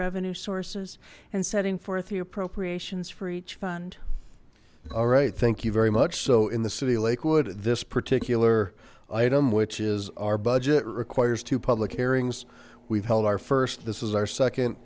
revenue sources and setting forth the appropriations for each fund all right thank you very much so in the city of lakewood this particular item which is our budget requires two public hearings we've held our first this is our second